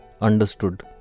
understood